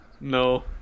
No